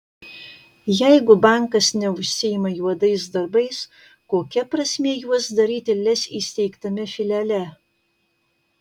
jeigu bankas neužsiima juodais darbais kokia prasmė juos daryti lez įsteigtame filiale